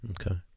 okay